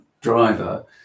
driver